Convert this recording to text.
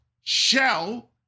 shell